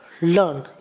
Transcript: learn